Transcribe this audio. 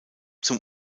zum